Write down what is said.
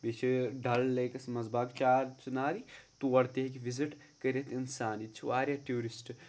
بیٚیہِ چھِ ڈل لیکَس منٛزٕ باغ چار چناری تور تہِ ہیٚکہِ وِزِٹ کٔرِتھ اِنسان ییٚتہِ چھِ واریاہ ٹیوٗرِسٹ